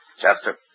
Chester